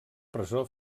presó